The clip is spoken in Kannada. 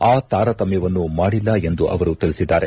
ಆ ತಾರತಮ್ಯವನ್ನು ಮಾಡಿಲ್ಲ ಎಂದು ಅವರು ತಿಳಿಸಿದ್ದಾರೆ